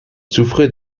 souffrait